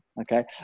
Okay